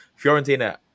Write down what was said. Fiorentina